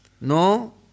No